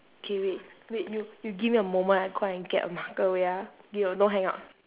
K wait wait you you give me a moment I go and get a marker wait ah you don't hang up